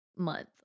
month